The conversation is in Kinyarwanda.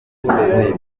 benewanyu